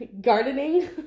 Gardening